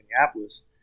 Minneapolis